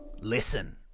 Listen